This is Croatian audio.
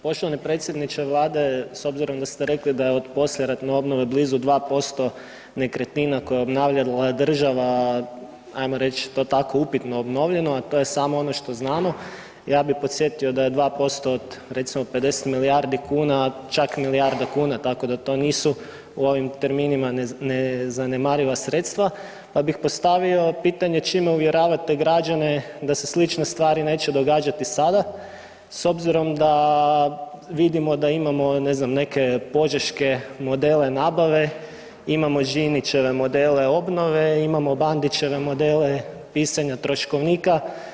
Poštovani predsjedniče Vlade, s obzirom da ste rekli da je od poslijeratne obnove blizu 2% nekretnina koje je obnavljala država, ajmo reć to tako upitno obnovljeno, a to je samo ono što znamo, ja bi podsjetio da je 2% od recimo 50 milijardi kuna, čak milijarda kuna tako da to nisu u ovim terminima nezanemariva sredstva pa bi postavio pitanje, čime uvjeravate građane da se slične stvari neće događati sada s obzirom da vidimo da imamo ne znam, neke požeške modele nabave, imamo Žinićeve modele obnove, imamo Bandićeve modele pisanja troškovnika.